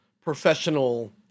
professional